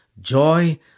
joy